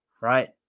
right